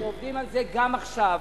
אנחנו עובדים על זה גם עכשיו,